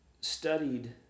studied